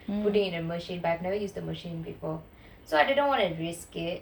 put it into the machine but I have never used the machine paper so I didn't want to risk it